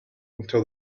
until